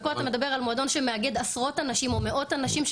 ופה אתה מדבר על מועדון שמאגד עשרות אנשים או מאות אנשים,